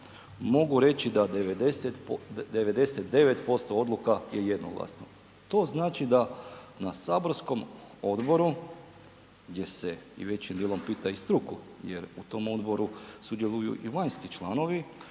mogu reći da 90, 99% odluka je jednoglasno. To znači da na saborskom odboru, gdje se i većim dijelom pita i struku jer u tom odgovoru sudjeluju i vanjski članovi,